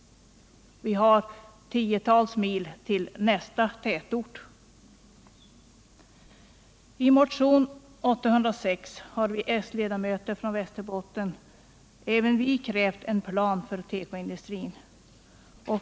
Det är tiotals mil till nästa tätort. I motionen 1306 har vi s-ledamöter från Västerbotten krävt en plan för tekoindustri.